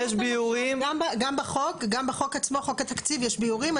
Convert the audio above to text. גם בחוק עצמו, חוק התקציב, יש ביאורים?